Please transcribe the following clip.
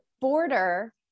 border